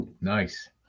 Nice